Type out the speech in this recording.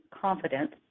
confidence